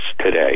today